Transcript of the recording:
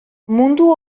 mundu